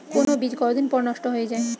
কোন বীজ কতদিন পর নষ্ট হয়ে য়ায়?